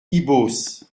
ibos